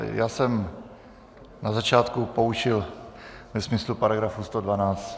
Já jsem na začátku poučil ve smyslu § 112.